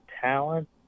talent